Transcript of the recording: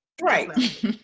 right